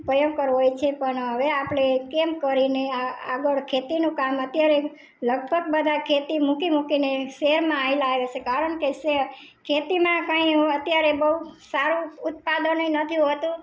ભયંકર હોય છે પણ હવે આપણે કેમ કરીને આ આગળ ખેતીનું કામ અત્યારે લગભગ બધા ખેતી મૂકી મૂકીને શહેરમાં ચાલ્યાં આવે સે કારણ કે શહેર ખેતીમાં કાંઇ અત્યારે બહુ સારું ઉત્પાદને નથી હોતું